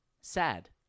sad